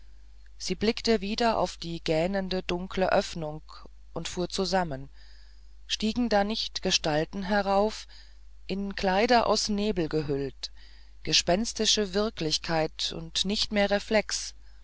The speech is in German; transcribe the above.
sie blickte wieder auf die gähnende dunkle öffnung und fuhr zusammen stiegen da nicht gestalten herauf in kleider aus nebel gehüllt gespenstische wirklichkeit und nicht mehr reflexe